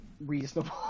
reasonable